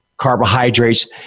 carbohydrates